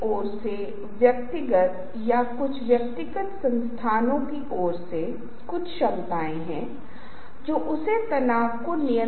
ताकि वे या तो विचलित न हों या बहुत हावी हो जाएं